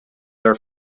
their